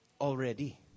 Already